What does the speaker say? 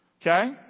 Okay